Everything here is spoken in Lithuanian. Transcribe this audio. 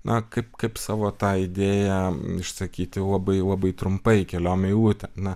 na kaip kaip savo tą idėją išsakyti labai labai trumpai keliom eilutėm na